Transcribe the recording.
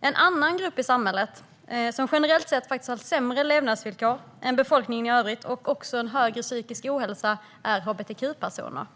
En annan grupp i samhället som generellt sett har sämre levnadsvillkor än befolkningen i övrigt och även högre psykisk ohälsa är hbtq-personer.